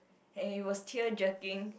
and it was tear jerking